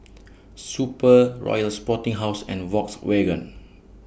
Super Royal Sporting House and Volkswagen